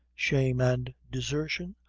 shame, and desertion,